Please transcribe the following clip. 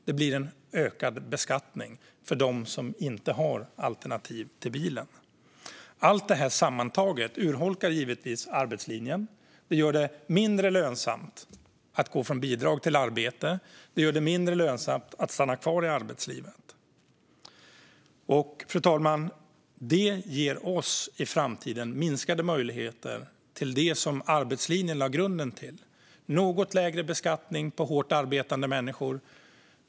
Det blir en ökad beskattning för dem som inte har ett alternativ till bilen. Allt detta sammantaget urholkar givetvis arbetslinjen. Det gör det mindre lönsamt att gå från bidrag till arbete och mindre lönsamt att stanna kvar i arbetslivet. Fru talman! Detta ger i framtiden minskade möjligheter till det som arbetslinjen lade grunden till: något lägre beskattning för hårt arbetande människor.